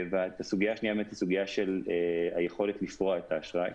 והסוגיה השניה היא סוגיית היכולת לפרוע את האשראי,